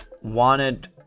wanted